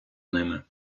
ними